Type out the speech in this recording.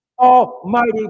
Almighty